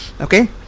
Okay